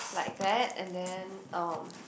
like that and then um